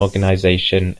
organisation